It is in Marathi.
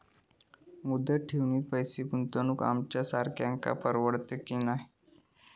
मुदत ठेवीत पैसे गुंतवक आमच्यासारख्यांका परवडतला की नाय?